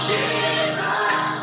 Jesus